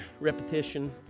repetition